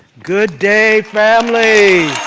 good day family!